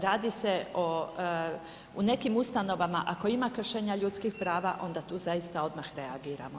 Radi se o, u nekim ustanovama ako ima kršenja ljudskih prava, onda tu zaista odmah reagiramo.